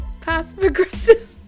passive-aggressive